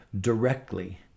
directly